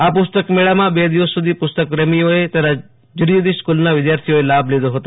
આ પુસ્તક મેળામાં બે દિવસ સુધી પુસ્તક પ્રેમીઓએ તથા જુદી જુદી સ્કૂલના વિદ્યાર્થીઓએ લાભ લીધો હતો